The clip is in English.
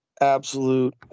absolute